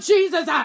Jesus